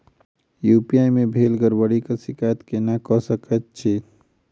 UPI मे भेल गड़बड़ीक शिकायत केना कऽ सकैत छी?